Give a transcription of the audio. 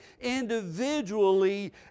individually